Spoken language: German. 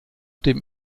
dem